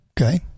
Okay